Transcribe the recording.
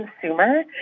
consumer